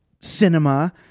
cinema